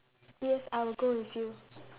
yes I will go with you